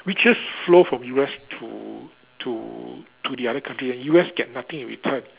riches flow from U_S to to to the other country and U_S get nothing in return